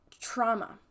trauma